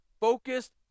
focused